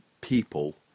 people